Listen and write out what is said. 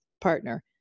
partner